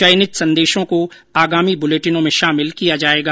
चयनित संदेशों को आगामी बुलेटिनों में शामिल किया जाएगा